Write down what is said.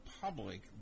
public